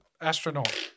astronaut